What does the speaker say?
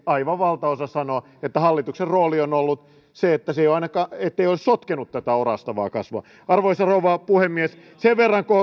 aivan valtaosa taloustieteilijöistä ekonomisteista sanoo ja hallituksen rooli on ollut se että se ei ole ainakaan sotkenut tätä orastavaa kasvua arvoisa rouva puhemies sen verran